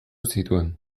zituen